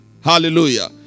Hallelujah